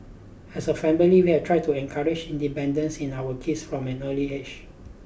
as a family we have tried to encourage independence in our kids from an early age